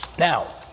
Now